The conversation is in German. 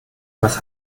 was